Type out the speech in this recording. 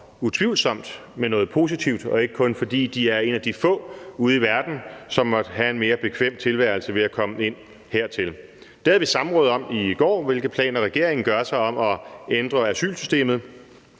utvivlsomt bidrager med noget positivt, og ikke kun fordi de er nogle af de få ude i verden, som måtte have en mere bekvem tilværelse ved at komme hertil. Det havde vi et samråd om i går, og hvilke planer regeringen gør sig om at ændre asylsystemet.